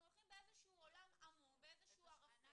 אנחנו הולכים באיזשהו עולם עמום, באיזשהו ערפל.